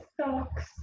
socks